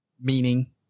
meaning